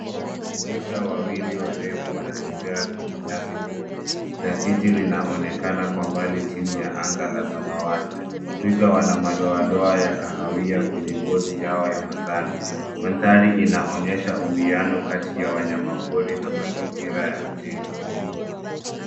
Twiga wawili warefu wanatembea kwenye nyasi fupi na jiji linaonekana kwa mbali chini ya anga la samawati. Twiga wana madoadoa ya kahawia kwenye ngozi yao ya manjano. Mandhari inaonyesha uwiano kati ya wanyamapori na mazingira ya mjini.